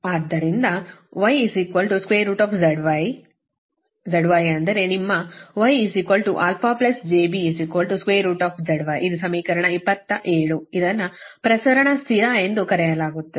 ಆದ್ದರಿಂದ γjy zy ಅಂದರೆ ನಿಮ್ಮ γαjβzy ಇದು ಸಮೀಕರಣ 27 ಇದನ್ನು ಪ್ರಸರಣ ಸ್ಥಿರ ಎಂದು ಕರೆಯಲಾಗುತ್ತದೆ